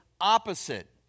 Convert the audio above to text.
opposite